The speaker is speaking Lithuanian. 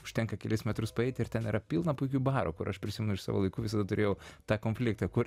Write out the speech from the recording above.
užtenka kelis metrus paeiti ir ten yra pilna puikių barų kur aš prisimenu iš savo laikų visada turėjau tą konfliktą kur